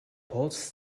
pods